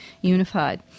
Unified